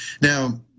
Now